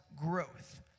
growth